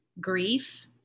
grief